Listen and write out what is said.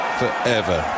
forever